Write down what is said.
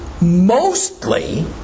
mostly